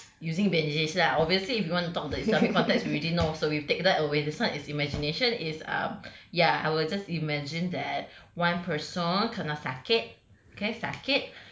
so like using bandages lah obviously if you want to talk the islamic context we already know so we take that away this [one] is imagination is um ya I will just imagine that one person kena sakit